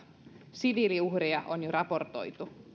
siviiliuhreja on jo raportoitu